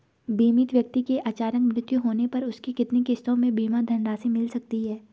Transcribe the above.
बीमित व्यक्ति के अचानक मृत्यु होने पर उसकी कितनी किश्तों में बीमा धनराशि मिल सकती है?